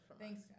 Thanks